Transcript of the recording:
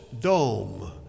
dome